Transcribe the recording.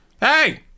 Hey